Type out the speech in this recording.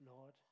Lord